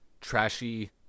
trashy